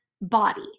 body